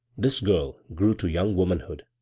this girl grew to young womanhood,